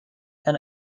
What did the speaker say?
and